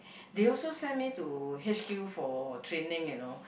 they also send me to h_q for training you know